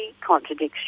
Contradiction